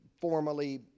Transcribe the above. formally